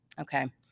okay